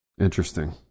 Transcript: Interesting